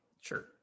Sure